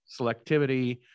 selectivity